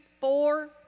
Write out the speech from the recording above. Four